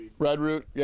red root. yeah